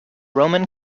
roman